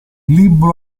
libro